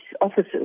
officers